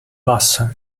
bassa